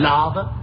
Lava